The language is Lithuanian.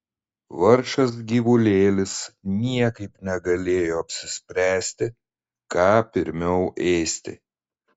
vargšas gyvulėlis niekaip negalėjo apsispręsti ką pirmiau ėsti